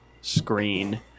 screen